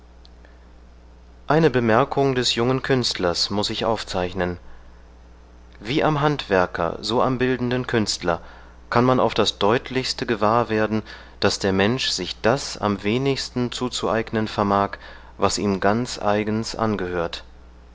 eine bemerkung des jungen künstlers muß ich aufzeichnen wie am handwerker so am bildenden künstler kann man auf das deutlichste gewahr werden daß der mensch sich das am wenigsten zuzueignen vermag was ihm ganz eigens angehört